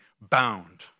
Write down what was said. bound